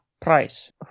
price